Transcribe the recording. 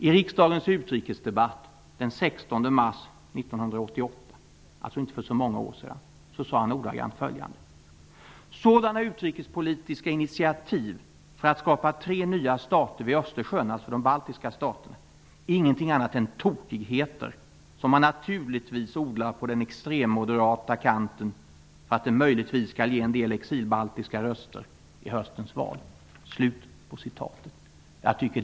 I riksdagens utrikesdebatt den 16 mars 1988 -- det är inte så många år sedan -- sade han följande: ''Sådana utrikespolitiska initiativ för att skapa tre nya stater vid Östersjön'' -- alltså de baltiska staterna -- ''är ingenting annat än tokigheter som man naturligtvis odlar på den extremmoderata kanten för att det möjligen skall ge en del exilbaltiska röster i höstens val.''